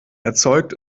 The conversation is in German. erzeugt